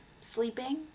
sleeping